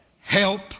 Help